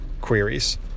queries